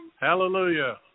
Hallelujah